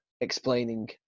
explaining